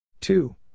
Two